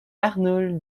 arnoul